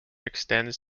extends